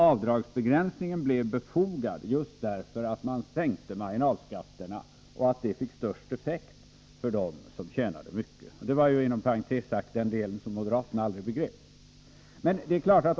Avdragsbegränsningen blev befogad just därför att man sänkte marginalskatterna och att det fick största effekten för dem som tjänade mycket. Det var ju inom parentes sagt den delen som moderaterna aldrig begrep.